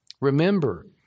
Remember